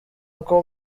uko